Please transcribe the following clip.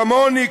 כמוני,